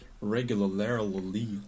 Regularly